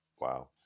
Wow